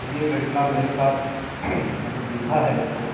ये घटना मेरे साथ मैंने देखा है इसको